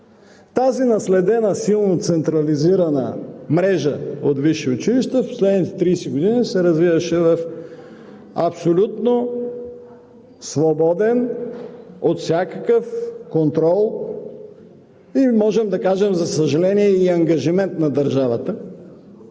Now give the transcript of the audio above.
Тази наследена силно централизирана мрежа от висши училища в последните 30 години се развиваше в абсолютно свободен от всякакъв контрол, за съжаление, и ангажимент на държавата